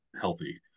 healthy